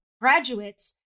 graduates